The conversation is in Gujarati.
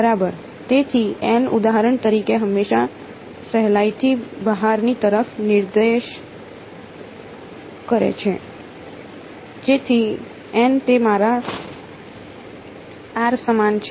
બરાબર તેથી ઉદાહરણ તરીકે હંમેશા સહેલાઈથી બહારની તરફ નિર્દેશ કરે છે જેથી તે મારા સમાન છે